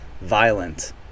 violent